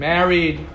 Married